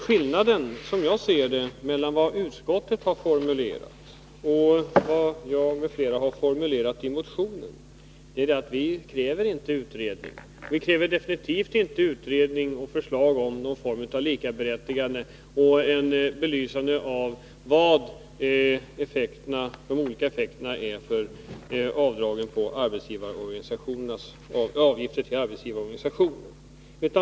Skillnaden, som jag ser det, mellan vad utskottet har formulerat och vad jag m.fl. har formulerat i motionen är att vi inte kräver någon utredning. Vi kräver definitivt inte utredning eller förslag om någon form av likaberättigande, eller något belysande av vilka de olika effekterna är av arbetsgivarnas avdrag för avgifter till arbetsgivarorganisationer.